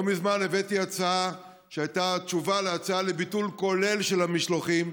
לא מזמן הבאתי הצעה שהייתה תשובה על הצעה לביטול כולל של המשלוחים,